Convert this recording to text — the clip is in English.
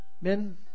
Men